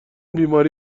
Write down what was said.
بیماری